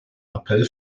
appell